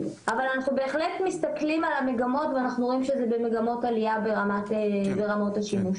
אבל אנחנו באמת מסתכלים על המגמות ורואים מגמות עלייה ברמות השימוש.